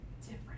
different